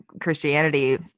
Christianity